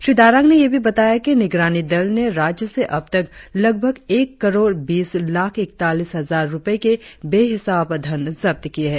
श्री दारांग ने यह भी बताया कि निगरानी दल ने राज्य से अब तक लगभग एक करोड़ बीस लाख़ इकतालीस हजार रुपये जब्त किए है